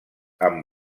amb